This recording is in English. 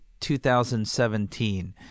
2017